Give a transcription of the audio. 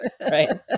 Right